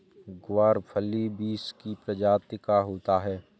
ग्वारफली बींस की प्रजाति का होता है